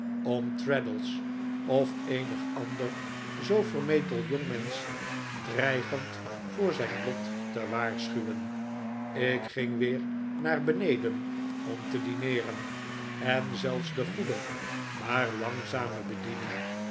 om traddles of eenig ander zoo vermetel jongmensch dreigend voor zijn lot te waarschuwen ik ging weer naar beneden om te dineeren en zelfs de goede maar langzame bediening